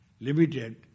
limited